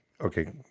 Okay